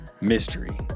Mystery